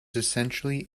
essentially